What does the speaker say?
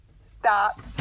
stop